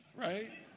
right